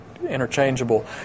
Interchangeable